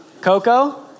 Coco